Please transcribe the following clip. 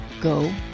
go